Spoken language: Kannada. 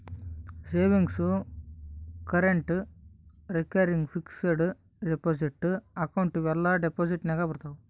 savings, current, recurring, fixed deposit account ಇವೂ ಎಲ್ಲಾ ಡೆಪೋಸಿಟ್ ನಾಗೆ ಬರ್ತಾವ್